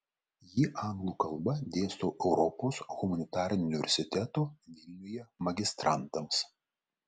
jį anglų kalba dėstau europos humanitarinio universiteto vilniuje magistrantams